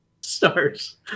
Stars